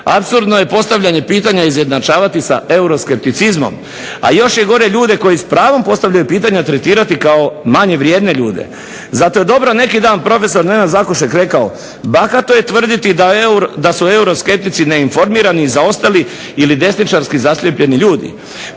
Apsurdno je postavljanje pitanja izjednačavati sa euroskepticizmom, a još je gore ljude koji s pravom postavljaju pitanja tretirati kao manje vrijedne ljude. Zato je dobro neki dan profesor Nenad Zakušek rekao: "Bahato je tvrditi da su euroskeptici neinformirani i zaostali ili desničarski zaslijepljeni ljudi".